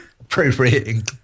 Appropriating